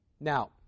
Now